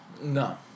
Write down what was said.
No